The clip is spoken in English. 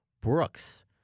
Brooks